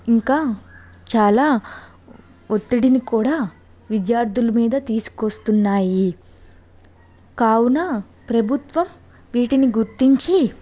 ఇంకా చాలా ఒత్తిడిని కూడా విద్యార్థుల మీద తీసుకు వస్తున్నాయి కావున ప్రభుత్వం వీటిని గుర్తించి